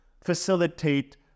facilitate